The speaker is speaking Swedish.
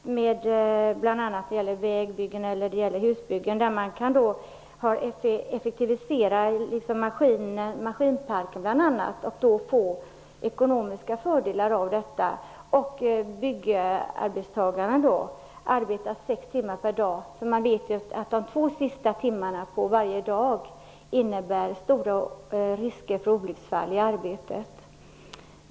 Där kan man kanske ha två arbetslag vid vägbyggen eller husbyggen. Man kan effektivisera genom maskinparken och få ekonomiska fördelar. Byggarbetarna kan arbeta sex timmar per dag. Man vet att de två sista timmarna varje dag innebär stora risker för olycksfall i arbetet.